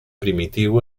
primitiu